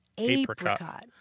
apricot